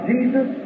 Jesus